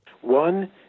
One